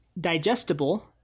digestible